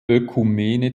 ökumene